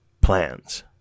plans